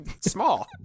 small